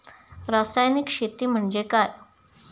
रासायनिक शेती म्हणजे काय?